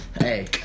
hey